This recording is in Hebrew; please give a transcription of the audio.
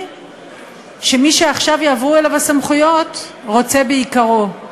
שמי שעכשיו יעברו אליו הסמכויות רוצה ביקרו.